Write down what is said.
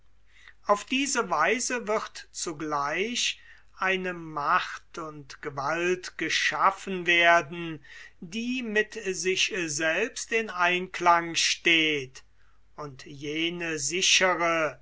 auf diese weise wird zugleich eine macht und gewalt geschaffen werden die mit sich selbst in einklang steht und jene sichere